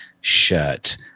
shirt